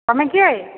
ତୁମେ କିଏ